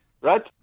right